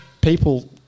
people –